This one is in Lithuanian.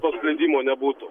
to slydimo nebūtų